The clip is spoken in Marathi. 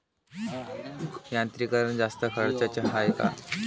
यांत्रिकीकरण जास्त खर्चाचं हाये का?